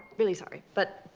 really sorry, but.